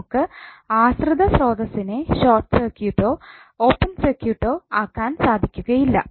നമുക്ക് ആശ്രിത സ്രോതസ്സ്നെ ഷോർട്ട് സർക്യൂട്ടോ ഓപ്പൺ സർക്യൂട്ടോ ആക്കാൻ സാധിക്കുകയില്ല